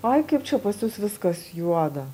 oi kaip čia pas jus viskas juoda